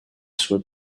sue